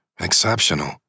exceptional